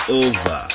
over